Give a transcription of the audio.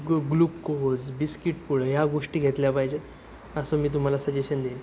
glue glucose biscuit पुडे या गोष्टी घेतल्या पाहिजेत असं मी तुम्हाला सजेशन देईन